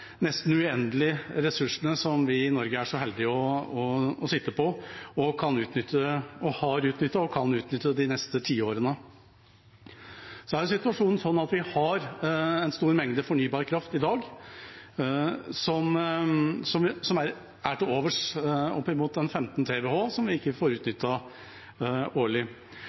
nesten uendelige ressursene som vi i Norge er så heldige å sitte på og har utnyttet og kan utnytte de neste tiårene. Situasjonen er at vi har en stor mengde fornybar kraft i dag som er til overs – oppimot 15 TWh vi ikke får utnyttet, årlig.